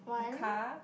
the car